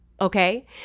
Okay